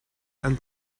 and